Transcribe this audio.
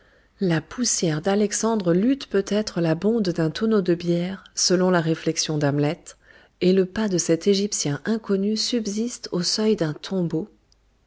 la poussière d'alexandre lute peut-être la bonde d'un tonneau de bière selon la réflexion d'hamlet et le pas de cet égyptien inconnu subsiste au seuil d'un tombeau